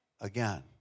again